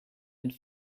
had